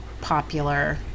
popular